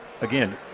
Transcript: again